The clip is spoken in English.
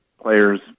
players